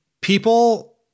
people